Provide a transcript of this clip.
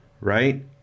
Right